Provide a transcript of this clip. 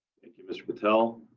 thank you, mr. patel.